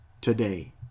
today